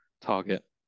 target